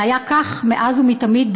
זה היה כך מאז ומתמיד,